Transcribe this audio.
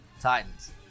Titans